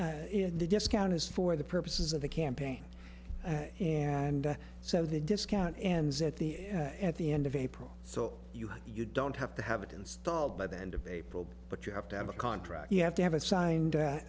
april in the discount is for the purposes of the campaign and so the discount ends at the at the end of april so you have you don't have to have it installed by the end of april but you have to have a contract you have to have a signed